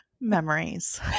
Memories